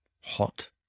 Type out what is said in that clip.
hot